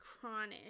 chronic